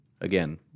Again